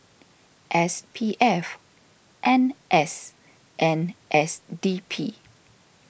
S P F N S and S D P